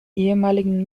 ehemaligen